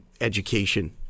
education